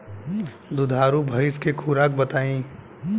दुधारू भैंस के खुराक बताई?